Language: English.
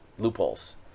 loopholes